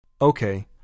Okay